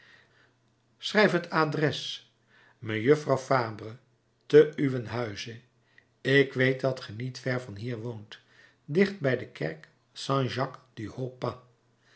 schrijf het adres mejuffrouw fabre te uwen huize ik weet dat ge niet ver van hier woont dicht bij de kerk st jacques du